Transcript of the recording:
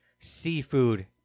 seafood